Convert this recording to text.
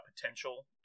potential